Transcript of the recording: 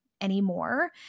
anymore